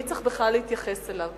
מי צריך בכלל להתייחס אליו,